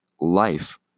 life